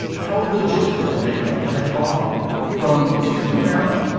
how the joker's makeup has evolved from cesar romero